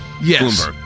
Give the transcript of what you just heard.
Yes